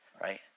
right